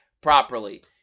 properly